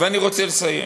ואני רוצה לסיים.